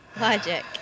Logic